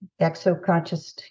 Exoconscious